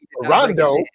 Rondo